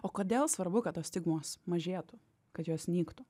o kodėl svarbu kad tos stigmos mažėtų kad jos nyktų